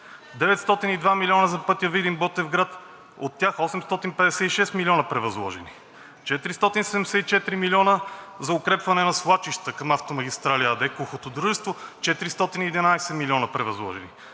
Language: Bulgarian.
902 милиона за пътя Видин – Ботевград, от тях 856 милиона – превъзложени; 474 милиона за укрепване на свлачища към „Автомагистрали“ ЕАД – кухото дружество, 411 милиона – превъзложени;